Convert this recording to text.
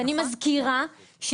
ואני מזכירה,